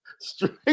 straight